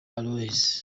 aloys